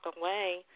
away